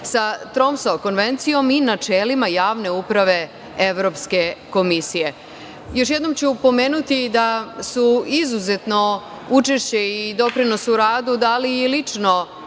sa Tromso konvencijom i načelima javne uprave Evropske komisije. Još jednom ću pomenuti da su izuzetno učešće i doprinos u radu dali i lično